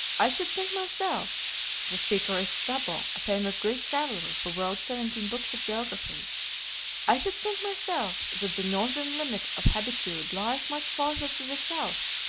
i should think myself the speaker is strabo, a famous greek traveller who wrote seventeen books of geography i should think myself that the northern limit of habitude lies much farther to the south,